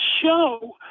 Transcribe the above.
show